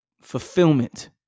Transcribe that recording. Fulfillment